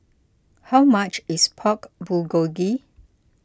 how much is Pork Bulgogi